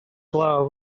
glaw